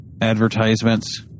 advertisements